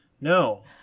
No